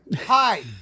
hi